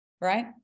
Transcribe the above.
right